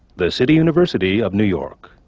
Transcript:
the city university of new york.